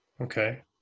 Okay